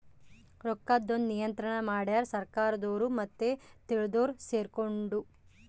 ರೊಕ್ಕದ್ ಒಂದ್ ನಿಯಂತ್ರಣ ಮಡ್ಯಾರ್ ಸರ್ಕಾರದೊರು ಮತ್ತೆ ತಿಳ್ದೊರು ಸೆರ್ಕೊಂಡು